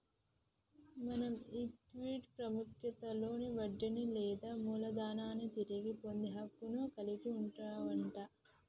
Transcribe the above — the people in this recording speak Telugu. మనం ఈక్విటీ పాముఖ్యతలో వడ్డీని లేదా మూలదనాన్ని తిరిగి పొందే హక్కును కలిగి వుంటవట